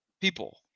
people